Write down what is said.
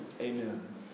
Amen